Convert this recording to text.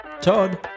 Todd